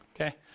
Okay